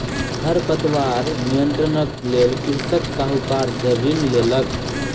खरपतवार नियंत्रणक लेल कृषक साहूकार सॅ ऋण लेलक